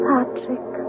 Patrick